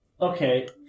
Okay